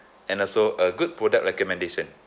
and also a good product recommendation